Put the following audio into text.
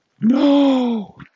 No